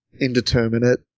Indeterminate